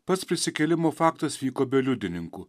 pats prisikėlimo faktas vyko be liudininkų